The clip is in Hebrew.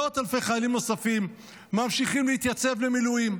מאות אלפי חיילים נוספים ממשיכים להתייצב למילואים,